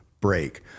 break